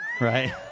right